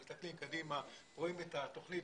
שמסתכל קדימה ורואה איך התוכנית